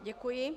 Děkuji.